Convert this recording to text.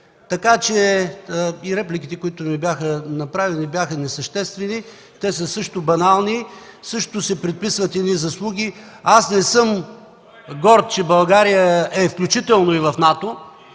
за тях. Репликите, които ми бяха направени, бяха несъществени. Те са също банални, преписват се също едни заслуги. Аз не съм горд, че България е включително и в НАТО.